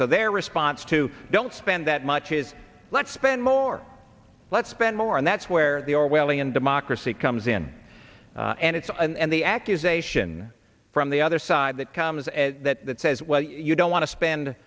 so their response to don't spend that much is let's spend more let's spend more and that's where the orwellian democracy comes in and it's and the accusation from the other side that comes and says well you don't want to spend